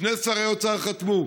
שני שרי אוצר חתמו,